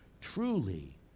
truly